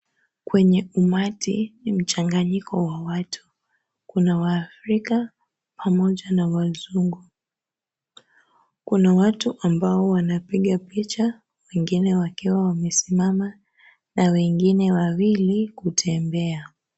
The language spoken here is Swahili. Kwenye umati mchanganyiko wa watu, kuna Waafrika pamoja na Wazungu kuna watu ambao wanapiga picha wengine wakiwa wamesimama na wengine wawili kutembea.